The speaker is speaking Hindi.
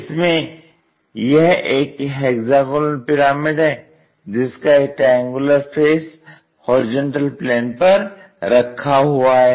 इसमें यह एक हेक्सागोनल पिरामिड है जिसका एक ट्रायंगुलर फेस HP पर रखा हुआ है